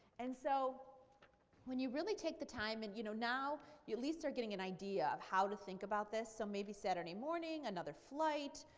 and so when you really take the time, and you know now you at least are getting an idea of how to think about this. so maybe saturday morning another flight,